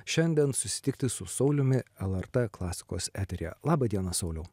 šiandien susitikti su sauliumi lrt klasikos eteryje laba dienasauliau